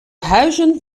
huizen